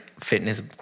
fitness